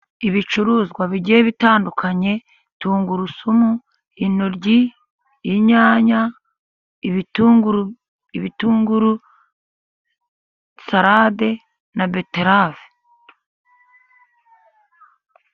Ibicuruzwa bigiye bitandukanye, tungurusumu, intoryi, inyanya, ibitunguru, ibitunguru salade na beterave.